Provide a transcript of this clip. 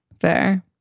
fair